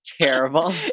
terrible